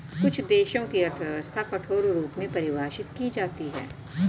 कुछ देशों की अर्थव्यवस्था कठोर रूप में परिभाषित की जाती हैं